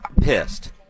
Pissed